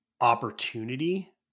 opportunity